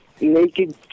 naked